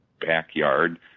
backyard